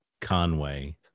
Conway